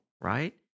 right